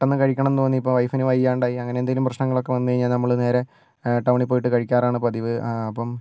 പെട്ടെന്ന് കഴിക്കണം എന്ന് തോന്നി ഇപ്പോൾ വൈഫിന് വയ്യാണ്ടായി അങ്ങനെ എന്തെങ്കിലും പ്രശ്നനങ്ങളൊക്കെ വന്നുകഴിഞ്ഞാൽ നമ്മൾ നേരെ ടൗണിൽ പോയിട്ട് കഴിക്കാറാണ് പതിവ് ആ അപ്പം